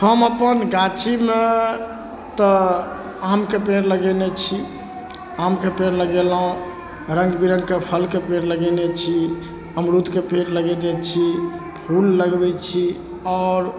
हम अपन गाछीमे तऽ आमके पेड़ लगेने छी आमके पेड़ लगेलहुँ रङ्गबिरङ्गके फलके पेड़ लगेने छी अमरूदके पेड़ लगेने छी फूल लगबै छी आओर